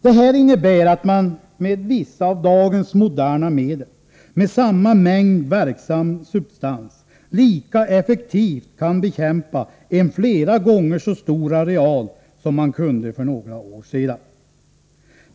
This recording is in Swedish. Det här innebär att man med vissa av dagens moderna medel, med samma mängd verksam substans, lika effektivt kan bekämpa en flera gånger så stor areal som man kunde för några år sedan.